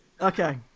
Okay